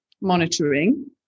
monitoring